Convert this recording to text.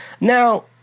Now